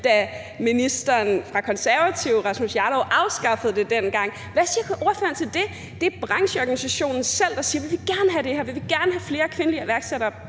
da ministeren fra Konservative hr. Rasmus Jarlov afskaffede det dengang. Hvad siger ordføreren til det? Det er brancheorganisationen selv, der siger, at de gerne vil have det her, at de gerne vil have flere kvindelige iværksættere